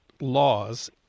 laws